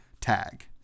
tag